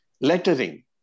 lettering